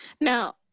Now